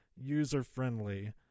user-friendly